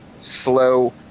slow